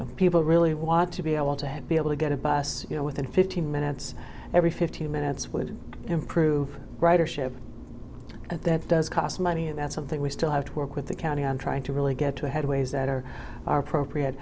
know people really want to be able to have be able to get a bus you know within fifteen minutes every fifteen minutes would improve ridership and that does cost money and that's something we still have to work with the county on trying to really get to ahead ways that are are appropriate